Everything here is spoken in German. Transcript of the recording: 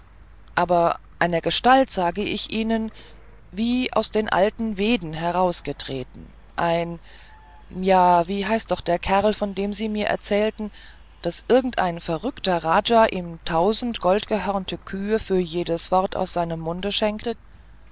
aber eine gestalt sage ich ihnen wie aus den alten veden heraustretend ein ja wie hieß doch der kerl von dem sie mir erzählten daß irgendein verrückter raja ihm tausend goldgehörnte kühe für jedes wort aus seinem munde schenkte